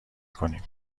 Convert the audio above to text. کنیم